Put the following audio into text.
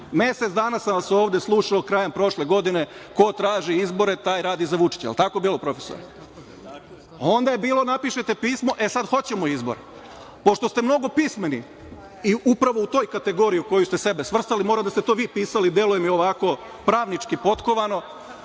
Mesec dana sam vas ovde slušao krajem prošle godine – ko traži izbore taj radi za Vučića. Da li je tako bilo, profesore? Onda napišete pismo – e sada hoćemo izbore. Pošto ste mnogo pismeni i upravo u toj kategoriji u koju ste sebe svrstali, mora da ste to vi pisali, deluje mi ovako pravnički potkovano,